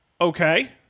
okay